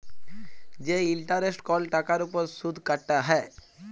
যে ইলটারেস্ট কল টাকার উপর সুদ কাটা হ্যয়